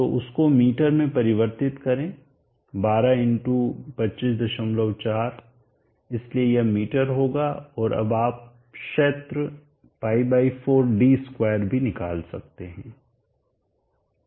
तो उसको मीटर में परिवर्तित करें 12 × 254 इसलिए यह मीटर होगा और अब आप क्षेत्र π4 d2 भी निकाल सकते हैं